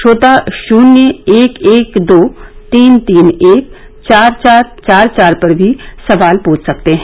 श्रोता शून्य एक एक दो तीन तीन एक चार चार चार चार पर भी सवाल पूछ सकते हैं